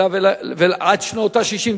עד שנות ה-60,